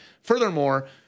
furthermore